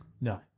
No